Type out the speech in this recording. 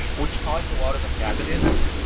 which causes a lot of antagonism.